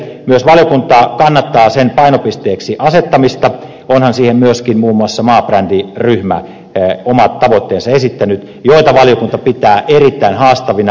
myös valiokunta kannattaa sen painopisteeksi asettamista onhan siihen myöskin muun muassa maabrändiryhmä esittänyt omat tavoitteensa joita valiokunta pitää erittäin haastavina